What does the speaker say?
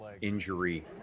injury